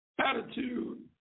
attitude